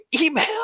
email